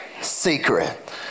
Secret